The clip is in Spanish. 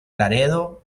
laredo